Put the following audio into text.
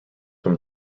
from